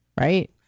right